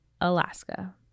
Alaska